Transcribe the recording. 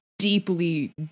deeply